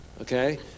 okay